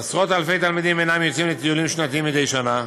עשרות אלפי תלמידים אינם יוצאים לטיולים שנתיים מדי שנה.